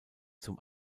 zum